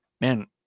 man